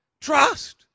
trust